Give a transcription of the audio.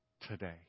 today